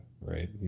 right